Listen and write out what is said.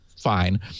fine